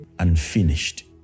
unfinished